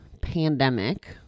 pandemic